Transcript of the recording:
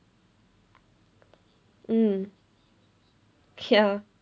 mm ya